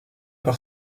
par